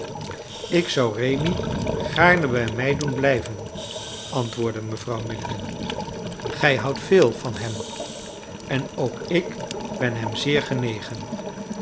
ik zou rémi gaarne bij mij doen blijven antwoordde mevrouw milligan gij houdt veel van hem en ook ik ben hem zeer genegen